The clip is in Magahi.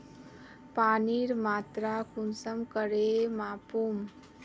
पानीर मात्रा कुंसम करे मापुम?